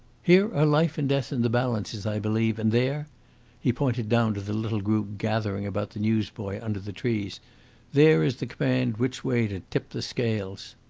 here are life and death in the balance, as i believe, and there he pointed down to the little group gathering about the newsboy under the trees there is the command which way to tip the scales.